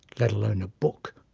let alone a book.